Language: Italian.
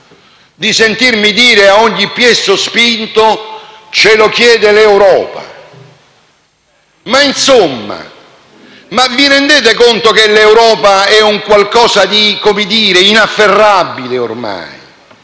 di sentirmi dire a ogni piè sospinto «ce lo chiede l'Europa». Ma, insomma, vi rendete conto che l'Europa è un qualcosa di inafferrabile ormai,